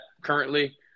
currently